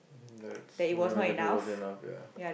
that's whatever I give you wasn't enough ya